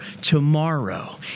tomorrow